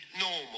normal